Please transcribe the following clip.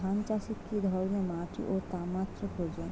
ধান চাষে কী ধরনের মাটি ও তাপমাত্রার প্রয়োজন?